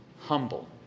humble